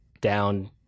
down